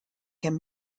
can